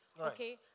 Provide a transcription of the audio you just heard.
Okay